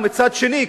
ומצד שני,